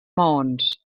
maons